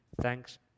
thanks